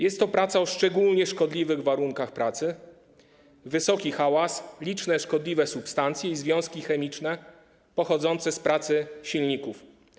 Jest to praca w szczególnie szkodliwych warunkach: duży hałas, liczne szkodliwe substancje i związki chemiczne pochodzące z pracy silników.